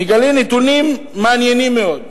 נגלה נתונים מעניינים מאוד.